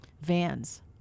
vans